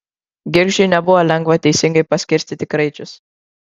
girgždžiui nebuvo lengva teisingai paskirstyti kraičius